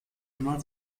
immer